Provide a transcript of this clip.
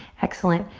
excellent.